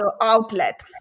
outlet